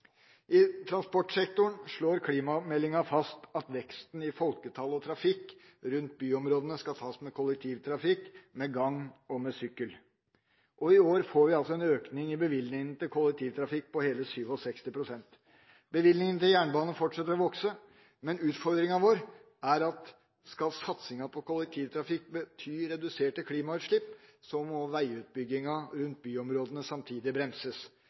I transportsektoren slår klimameldingen fast at veksten i folketall og trafikk rundt byområdene skal tas med kollektivtrafikk, med gange og med sykkel. I år får vi en økning i bevilgningene til kollektivtrafikk på hele 67 pst. Bevilgningen til jernbane fortsetter å vokse, men utfordringen vår er at hvis satsingen på kollektivtrafikk skal bety reduserte klimautslipp, må veiutbyggingen rundt byområdene samtidig bremses.